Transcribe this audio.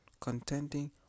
contending